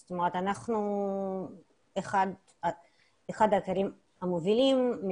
זאת אומרת אנחנו אחד האתרים המובילים,